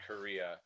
Korea